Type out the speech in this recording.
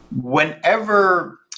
whenever